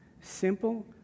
Simple